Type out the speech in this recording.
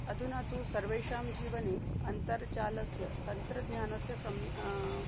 अधुना तु सर्वेषां जीवने अन्तर्जालस्य तन्त्रज्ञानस्य सम्